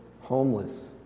homeless